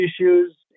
issues